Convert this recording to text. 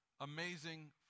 amazing